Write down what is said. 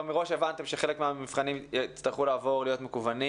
מראש הבנתם שחלק מהמבחנים יצטרכו להיות מקוונים.